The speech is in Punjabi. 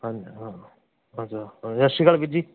ਹਾਂਜੀ ਹਾਂ ਸਤਿ ਸ਼੍ਰੀ ਅਕਾਲ ਵੀਰ ਜੀ